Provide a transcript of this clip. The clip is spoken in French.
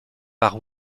par